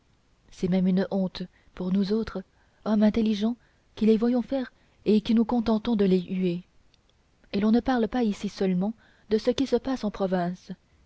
c'est même une honte pour nous autres hommes intelligents qui les voyons faire et qui nous contentons de les huer et l'on ne parle pas ici seulement de ce qui se passe en province